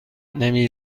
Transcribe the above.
نمی